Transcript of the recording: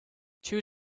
two